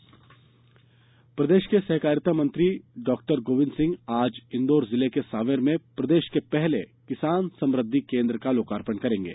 गोविंद सिंह प्रदेश के सहकारिता मंत्री डॉक्टर गोविंद सिंह आज इंदौर जिले के सांवेर में प्रदेश के पहले किसान समृद्धि केन्द्र का लोकार्पण करेंगे